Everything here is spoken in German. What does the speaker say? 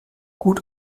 gut